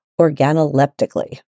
organoleptically